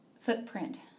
footprint